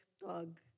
dog